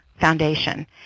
foundation